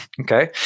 okay